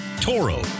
Toro